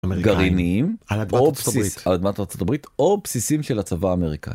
גרעינים על אדמת ארה״ב או בסיסים של הצבא האמריקאי.